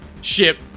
ship